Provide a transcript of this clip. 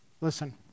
Listen